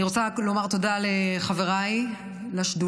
אני רוצה לומר תודה לחבריי לשדולה,